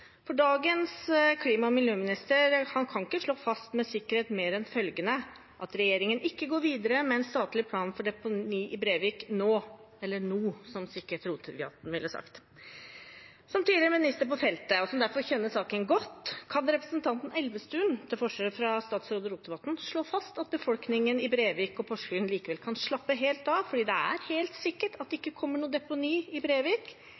For dagens klima- og miljøminister kan ikke slå fast med sikkerhet mer enn følgende: at regjeringen ikke går videre med en statlig plan for deponi i Brevik nå – eller no, som sikkert Rotevatn ville ha sagt. Som tidligere minister på feltet, og en som derfor kjenner saken godt, kan representanten Elvestuen – til forskjell fra statsråd Rotevatn – slå fast at befolkningen i Brevik og Porsgrunn likevel kan slappe helt av, fordi det er helt sikkert at det ikke kommer noe deponi i Brevik?